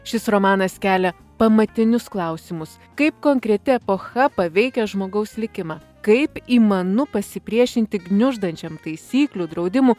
šis romanas kelia pamatinius klausimus kaip konkreti epocha paveikia žmogaus likimą kaip įmanu pasipriešinti gniuždančiam taisyklių draudimų